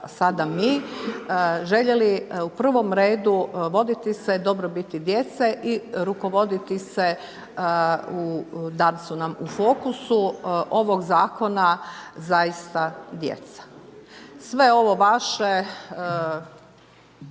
sada mi željeli u prvom redu voditi se dobrobiti djece i rukovoditi se u da su nam u fokusu ovog zakona zaista djeca. Sve ovo vaše